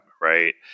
right